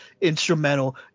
instrumental